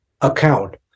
account